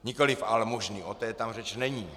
Nikoliv almužny, o té tam řeč není.